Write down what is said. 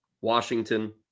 Washington